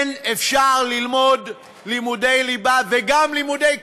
כן, אפשר ללמוד לימודי ליבה וגם לימודי קודש,